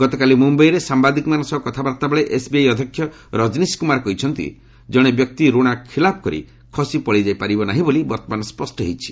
ଗତକାଲି ମୁମ୍ଭାଇରେ ସାମ୍ବାଦିକମାନଙ୍କ ସହ କଥାବାର୍ତ୍ତା ବେଳେ ଏସ୍ବିଆଇ ଅଧ୍ୟକ୍ଷ ରଜନୀଶ କୁମାର କହିଛନ୍ତି ଜଣେ ବ୍ୟକ୍ତି ଋଣ ଖିଲାପ କରି ଖସି ପଳାଇଯାଇ ପାରିବ ନାହିଁ ବୋଲି ବର୍ତ୍ତମାନ ସ୍ୱଷ୍ଟ ହୋଇଯାଇଛି